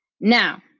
Now